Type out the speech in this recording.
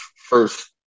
first